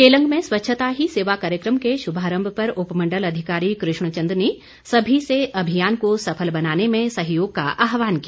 केलंग में स्वच्छता ही सेवा कार्यक्रम के शुभारम्भ पर उपमण्डल अधिकारी कृष्ण चंद ने सभी से अभियान को सफल बनाने में सहयोग का आहवान किया